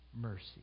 mercy